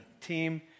team